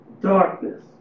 darkness